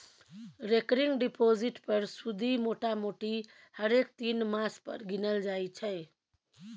recurring deposit पर सुदि मोटामोटी हरेक तीन मास पर गिनल जाइ छै